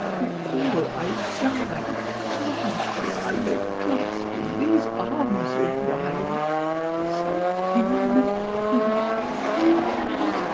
before i die grant that i may clasp in these arms of mine something more than a dream!